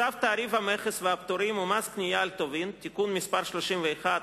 צו תעריף המכס והפטורים ומס קנייה על טובין (תיקון מס' 31),